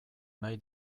nahi